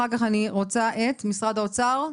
ואחר כך משרד האוצר.